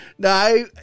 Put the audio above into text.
No